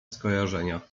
skojarzenia